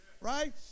right